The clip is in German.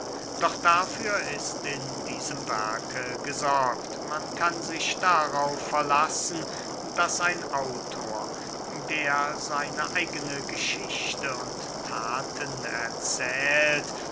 doch dafür ist in diesem werke gesorgt man kann sich darauf verlassen daß ein autor der seine eigene geschichte und thaten erzählt